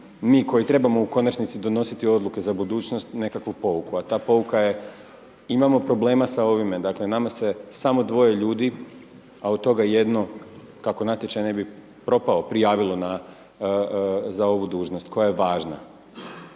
mi koji trebamo u konačnici donositi odluke za budućnost, nekakvu pouku a ta pouka je imamo problema sa ovime, dakle nama se samo dvoje ljudi, a od toga jedno, kako natječaj ne bi propao, prijavilo za ovu dužnost koja je važna.